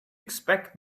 expect